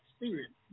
experience